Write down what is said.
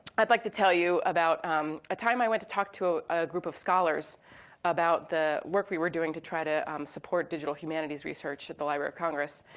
i'd like to tell you about um a time i went to talk to ah a group of scholars about the work we were doing to try to support digital humanities research at the library of congress.